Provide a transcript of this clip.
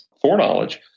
foreknowledge